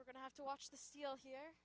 we're going to have to watch the steal here